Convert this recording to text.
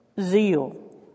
zeal